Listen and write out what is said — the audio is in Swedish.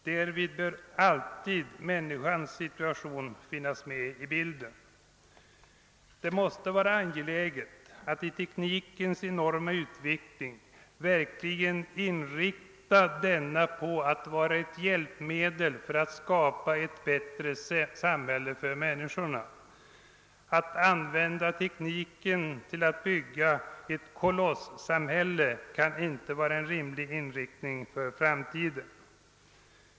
Därvid bör alltid människans situation finnas med i bilden. Det måste vara angeläget att under den enorma utveckling som tekniken genomgår verkligen inrikta sig på att låta denna vara ett hjälpmedel för att skapa ett bättre samhälle för människorna. Att använda tekniken till att bygga ett kolossamhälle kan inte vara en rimlig inriktning för framtiden.